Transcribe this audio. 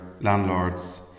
landlords